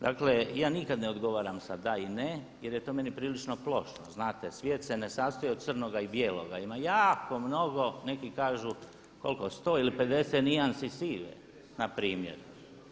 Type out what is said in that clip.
Dakle ja nikada ne odgovaram sa da i ne, jer je to meni prilično plošno, znate, svijet se ne sastoji od crnoga i bijeloga, ima jako mnogo, neki kažu, koliko, 100 ili 50 nijansi sive na primjer.